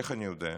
איך אני יודע?